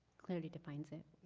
clearly defines it.